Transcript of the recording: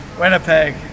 Winnipeg